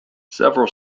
several